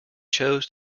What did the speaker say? chose